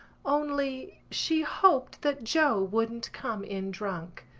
only she hoped that joe wouldn't come in drunk.